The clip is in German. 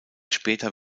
später